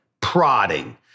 prodding